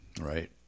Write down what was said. right